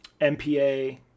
MPA